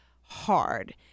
hard